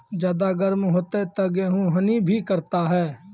ज्यादा गर्म होते ता गेहूँ हनी भी करता है?